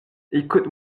écoute